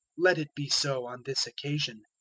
let it be so on this occasion,